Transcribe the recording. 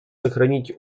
сохранить